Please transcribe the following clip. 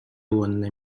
уонна